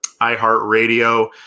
iheartradio